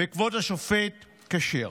וכבוד השופט כשר.